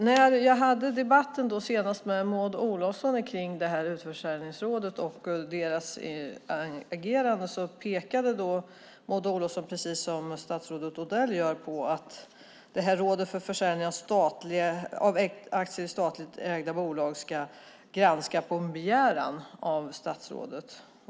När jag hade debatten med Maud Olofsson om det här utförsäljningsrådet och dess agerande pekade Maud Olofsson, precis som statsrådet Odell gör, på att Rådet för försäljning av aktier i statligt ägda bolag ska granska på begäran av statsrådet.